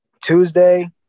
Tuesday